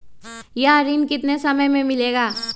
यह ऋण कितने समय मे मिलेगा?